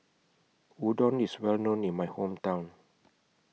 Udon IS Well known in My Hometown